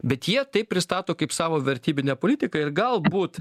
bet jie taip pristato kaip savo vertybinę politiką ir galbūt